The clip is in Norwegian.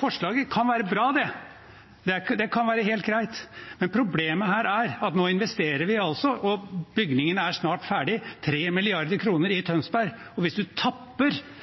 Forslaget kan være bra, det, det kan være helt greit, men problemet er at nå investerer vi altså 3 mrd. kr i Tønsberg – og bygningene er snart ferdige. Hvis man tapper sykehuset i